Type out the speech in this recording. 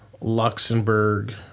Luxembourg